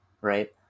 right